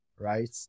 Right